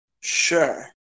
Sure